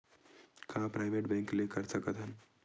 का private bank ले कर सकत हन?